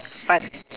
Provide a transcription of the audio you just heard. but